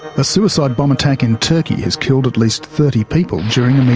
a suicide bomb attack in turkey has killed at least thirty people during um a